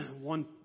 one